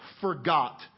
forgot